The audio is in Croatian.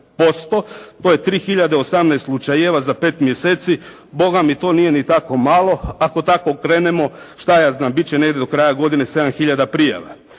hiljade 18 slučajeva za 5 mjeseci. Bogami to nije ni tako malo. Ako tako krenemo, šta ja znam bit će negdje do kraja godine 7 hiljada prijava.